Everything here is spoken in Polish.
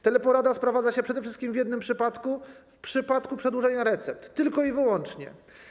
Teleporada sprawdza się przede wszystkim w jednym przypadku - w przypadku przedłużania recept, tylko i wyłącznie.